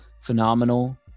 Phenomenal